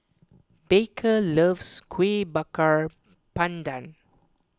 Baker loves Kueh Bakar Pandan